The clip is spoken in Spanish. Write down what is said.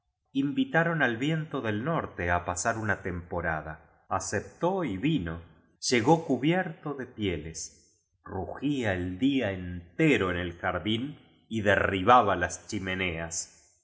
invitaron al viento del norte á pasar una temporada aceptó y vino llegó cu bierto de pieles rugía el día entero en el jardín y derribaba las chimeneas es